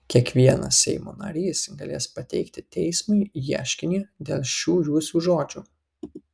kiekvienas seimo narys galės pateikti teismui ieškinį dėl šių jūsų žodžių